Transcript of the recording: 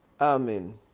Amen